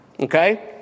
Okay